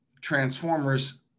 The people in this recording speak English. Transformers